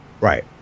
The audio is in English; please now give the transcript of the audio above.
Right